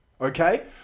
Okay